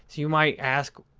you might ask,